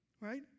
Right